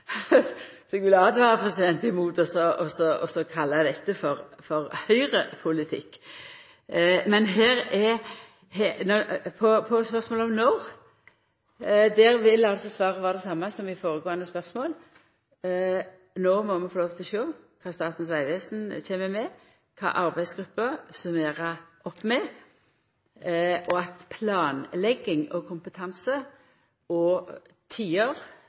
kalla dette for Høgre-politikk. Men på spørsmålet om når, vil svaret vera det same som på førre spørsmål: No må vi få lov til å sjå kva Statens vegvesen kjem med, og korleis oppsummeringa frå arbeidsgruppa blir. At planlegging og kompetanse og